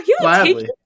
gladly